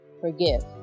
forgive